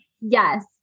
Yes